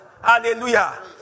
Hallelujah